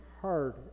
hard